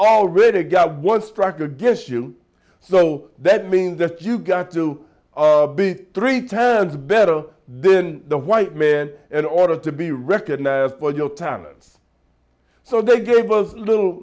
already got one struck against you so that means that you've got to be three times better then the white men in order to be recognized for your talents so they gave us a little